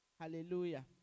Hallelujah